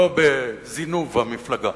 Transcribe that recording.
לא בזינוב המפלגה,